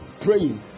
praying